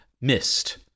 missed